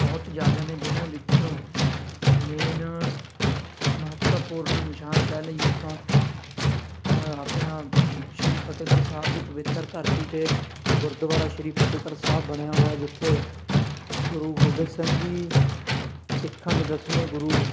ਬਹੁਤ ਜ਼ਿਆਦਾ ਨੇ ਜਿਹਨਾਂ ਵਿੱਚੋਂ ਮੇਨ ਮਹੱਤਵਪੂਰਨ ਨਿਸ਼ਾਨ ਕਹਿ ਲਈਏ ਆਪਾਂ ਤਾਂ ਆਪਣਾ ਸ਼੍ਰੀ ਫਤਿਹਗੜ੍ਹ ਸਾਹਿਬ ਦੀ ਪਵਿੱਤਰ ਧਰਤੀ 'ਤੇ ਗੁਰਦੁਆਰਾ ਸ਼੍ਰੀ ਫਤਿਹਗੜ੍ਹ ਸਾਹਿਬ ਬਣਿਆ ਹੋਇਆ ਜਿੱਥੇ ਗੁਰੂ ਗੋਬਿੰਦ ਸਿੰਘ ਜੀ ਸਿੱਖਾਂ ਦੇ ਦਸਵੇਂ ਗੁਰੂ